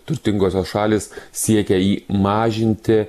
turtingosios šalys siekia jį mažinti